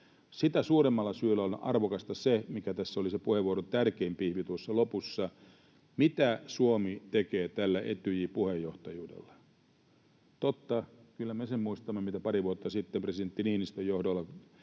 Sitä suuremmalla syyllä on arvokasta se, mikä tässä oli se puheenvuoron tärkein pihvi tuossa lopussa: mitä Suomi tekee Etyjin puheenjohtajuudella. Totta, kyllä me muistamme, kun pari vuotta sitten presidentti Niinistön johdolla